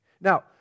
Now